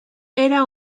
era